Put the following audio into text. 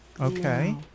Okay